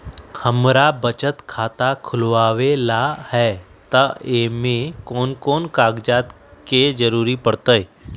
हमरा बचत खाता खुलावेला है त ए में कौन कौन कागजात के जरूरी परतई?